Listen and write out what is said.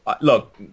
Look